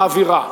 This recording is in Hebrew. מעבירה.